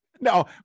No